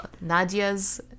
Nadia's